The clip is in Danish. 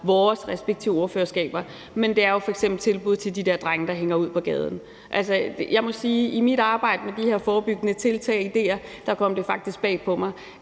vores respektive ordførerskaber. Det gælder jo f.eks. tilbud til de der drenge, der hænger ud på gaderne. Jeg må sige, at i mit arbejde med de her forebyggende tiltag og idéer kom det faktisk bag på mig,